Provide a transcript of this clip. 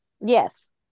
Yes